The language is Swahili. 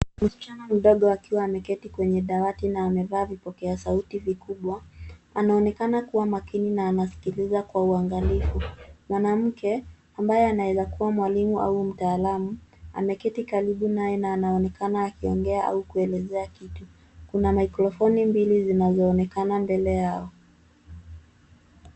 Msichana mdogo akiwa ameketi kwenye dawati na amevaa vipokea sauti vikubwa, anaonekana kua makini na anasikiliza kwa uangalifu. Mwanamke, ambaye anaeza kua mwalimu au mtaalamu ameketi karibu naye na anaonekana anaongea au kuelezea kitu. Kuna mikrofoni mbili zinazoonekana mbele yao.